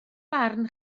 barn